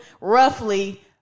roughly